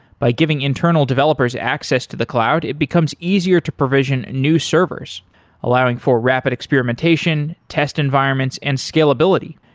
by giving internal developers access to the cloud, it becomes easier to provision new servers allowing for rapid experimentation, test environments and scalability.